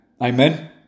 Amen